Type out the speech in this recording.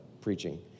preaching